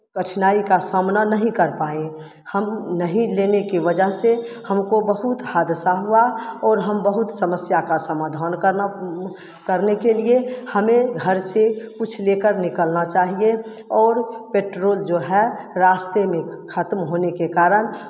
कठिनाई का सामना नहीं कर पाएँ हम नहीं लेने की वजह से हमको बहुत हादसा हुआ और हम बहुत समस्या का समाधान करना करने के लिए हमें घर से कुछ लेकर निकलना चाहिये और पेट्रोल जो है रास्ते में खत्म होने के कारण